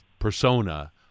persona